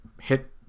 hit